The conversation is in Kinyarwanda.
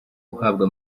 uhabwa